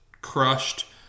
crushed